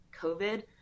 COVID